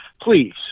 Please